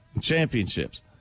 championships